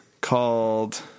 called